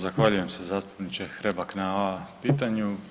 Zahvaljujem se zastupniče Hrebak na pitanju.